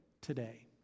today